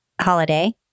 holiday